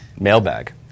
Mailbag